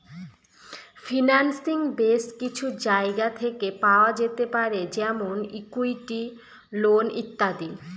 financing base কিছু জায়গা থেকে পাওয়া যেতে পারে যেমন ইকুইটি, লোন ইত্যাদি